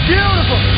Beautiful